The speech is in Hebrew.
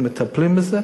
הם מטפלים בזה.